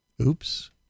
Oops